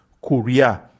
Korea